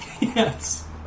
Yes